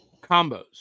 combos